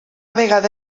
vegada